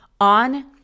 on